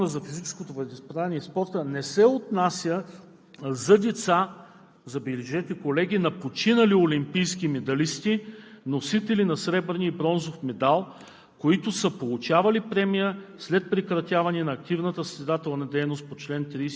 Формулировката на действащата към момента разпоредба на § 6 на Закона за физическото възпитание и спорта не се отнася за децата – забележете, колеги – на починалите олимпийски медалисти, носители на сребърен и бронзов медал,